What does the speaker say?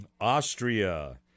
Austria